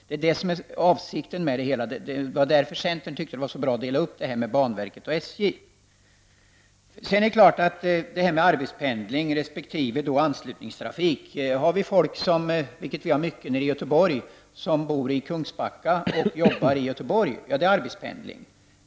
Det är detta som är avsikten med det hela. Det var därför som centern tyckte att det var så bra att dela upp verksamheten på banverket och SJ. Sedan till frågan om arbetspendling resp. anslutningstrafik, vilket vi har mycket av i Göteborg. Det finns människor som bor i Kungsbacka och arbetar i Göteborg. Det är då fråga om arbetspendling.